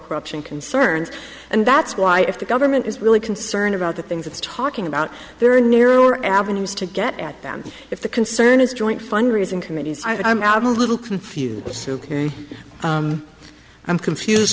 corruption concerns and that's why if the government is really concerned about the things it's talking about there are narrower avenues to get at them if the concern is joint fundraising committees i'm not a little confused so i'm confused